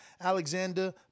Alexander